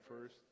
first